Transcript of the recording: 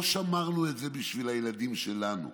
לא שמרנו את זה בשביל הילדים שלנו,